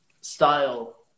style